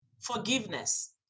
forgiveness